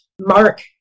Mark